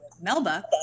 Melba